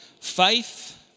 faith